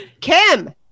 Kim